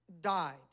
died